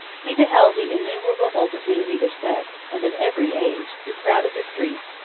he beheld the innumerable multitude of either sex, and of every age, who crowded the streets,